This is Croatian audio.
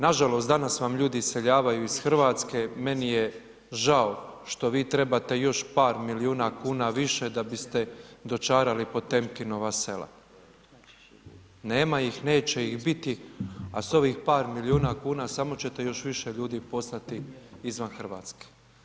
Nažalost danas vam ljudi iseljavaju iz Hrvatske, meni je žao što vi trebate još par miliona kuna više da biste dočarali Potemkinova sela, nema ih, neće ih biti, a s ovih par miliona kuna samo ćete još više ljudi poslati izvan Hrvatske.